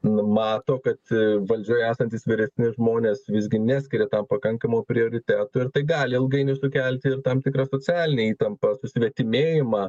mato kad valdžioj esantys vyresni žmonės visgi neskiria tam pakankamo prioriteto ir tai gali ilgainiui sukelti ir tam tikrą socialinę įtampą susvetimėjimą